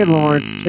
Lawrence